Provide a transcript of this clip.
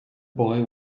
boy